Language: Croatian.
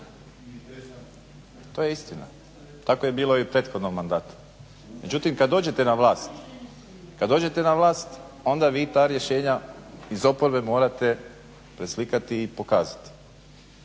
To je istina. Tako je bilo i u prethodnom mandatu. Međutim, kad dođete na vlast onda vi ta rješenja iz oporbe morate preslikati i pokazati.